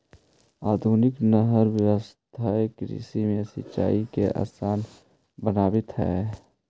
आधुनिक नहर व्यवस्था कृषि में सिंचाई के आसान बनावित हइ